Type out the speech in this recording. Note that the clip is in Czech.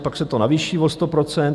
Pak se to navýší o 100 %.